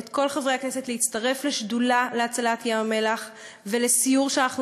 את כל חברי הכנסת להצטרף לשדולה להצלת ים-המלח ולסיור שאנחנו